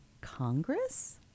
Congress